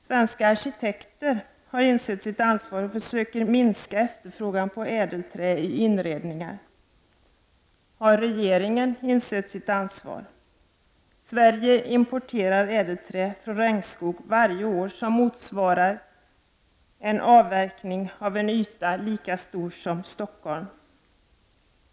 Svenska arkitekter har insett sitt ansvar och försöker minska efterfrågan på ädelträ i inredningarna. Har regeringen insett sitt ansvar? Sverige importerar varje år ädelträ från regnskog, motsvarande en avverkning av en yta lika stor som Stockholms.